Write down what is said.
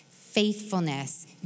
faithfulness